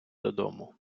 додому